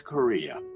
Korea